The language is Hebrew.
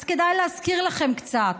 אז כדאי להזכיר לכם קצת.